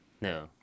No